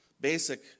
basic